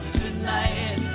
tonight